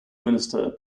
minister